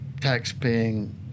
tax-paying